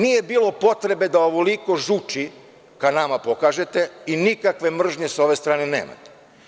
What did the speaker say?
Nije bilo potrebe da ovoliko žuči ka nama pokažete i nikakve mržnje sa ove strane nemate.